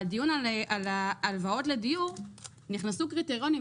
בדיון על הלוואות לדיור נכנסו קריטריונים,